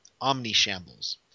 omni-shambles